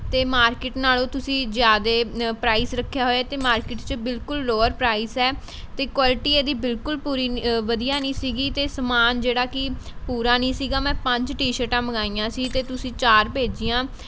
ਅਤੇ ਮਾਰਕਿਟ ਨਾਲ਼ੋਂ ਤੁਸੀਂ ਜ਼ਿਆਦਾ ਪ੍ਰਾਈਸ ਰੱਖਿਆ ਹੋਇਆ ਏ ਅਤੇ ਮਾਰਕਿਟ 'ਚ ਬਿਲਕੁਲ ਲੋਅਰ ਪ੍ਰਾਈਸ ਹੈ ਅਤੇ ਕੁਆਲਿਟੀ ਇਹਦੀ ਬਿਲਕੁਲ ਪੂਰੀ ਵਧੀਆ ਨਹੀਂ ਸੀਗੀ ਅਤੇ ਸਮਾਨ ਜਿਹੜਾ ਕਿ ਪੂਰਾ ਨਹੀਂ ਸੀਗਾ ਮੈਂ ਪੰਜ ਟੀ ਸ਼ਰਟਾਂ ਮੰਗਵਾਈਆਂ ਸੀ ਅਤੇ ਤੁਸੀਂ ਚਾਰ ਭੇਜੀਆਂ